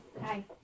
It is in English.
Hi